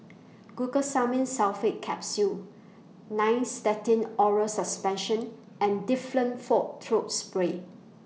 Glucosamine Sulfate Capsules Nystatin Oral Suspension and Difflam Forte Throat Spray